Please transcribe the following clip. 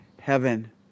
heaven